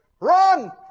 Run